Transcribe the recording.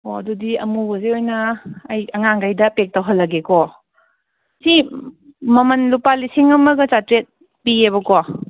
ꯑꯣ ꯑꯗꯨꯗꯤ ꯑꯃꯨꯕꯁꯦ ꯑꯣꯏꯅ ꯑꯩ ꯑꯉꯥꯡꯒꯩꯗ ꯄꯦꯛ ꯇꯧꯍꯜꯂꯒꯦꯀꯣ ꯁꯤ ꯃꯃꯟ ꯂꯨꯄꯥ ꯂꯤꯁꯤꯡ ꯑꯃꯒ ꯆꯥꯇ꯭ꯔꯦꯠ ꯄꯤꯌꯦꯕꯀꯣ